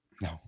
No